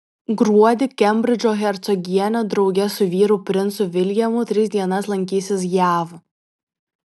gruodį kembridžo hercogienė drauge su vyru princu viljamu tris dienas lankysis jav